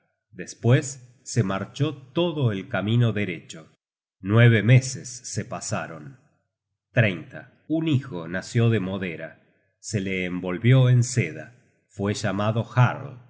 despues se marchó todo el camino derecho nueve meses se pasaron un hijo nació de modera se le envolvió en seda fue llamado jarl y